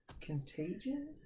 contagion